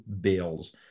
bills